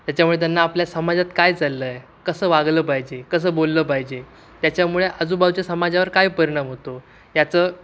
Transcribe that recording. त्याच्यामुळे त्यांना आपल्या समाजात काय चाललं आहे कसं वागलं पाहिजे कसं बोललं पाहिजे त्याच्यामुळे आजूबाजूच्या समाजावर काय परिणाम होतो याचं